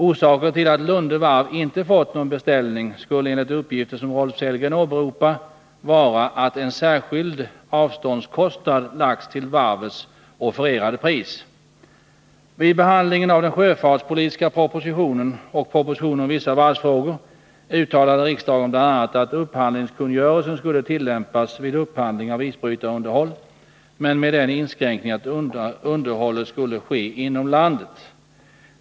Orsaken till att Lunde Varv inte fått någon beställning skulle enligt uppgifter som Rolf Sellgren åberopar vara att en särskild avståndskostnad lagts till varvets offererade pris. inskränkningen att underhållet skulle ske inom landet.